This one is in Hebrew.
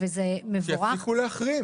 שיפסיקו להחרים.